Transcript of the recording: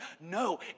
No